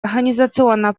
организационно